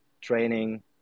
training